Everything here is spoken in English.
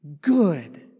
good